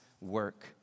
work